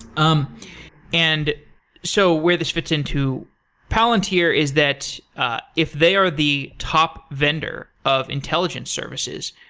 um and so where this fits into palantir is that if they are the top vendor of intelligent services,